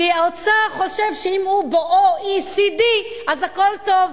כי האוצר חושב שאם הוא ב-OECD אז הכול טוב.